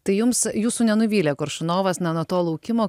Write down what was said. tai jums jūsų nenuvylė koršunovas na nuo to laukimo